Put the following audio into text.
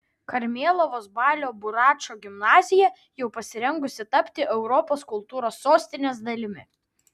karmėlavos balio buračo gimnazija jau pasirengusi tapti europos kultūros sostinės dalimi